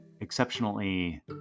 exceptionally